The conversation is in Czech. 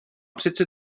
přece